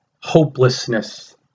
hopelessness